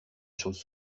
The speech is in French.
chose